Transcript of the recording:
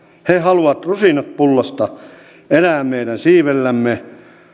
he haluavat rusinat pullasta elää meidän siivellämme